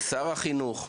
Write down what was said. לשר החינוך?